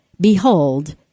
behold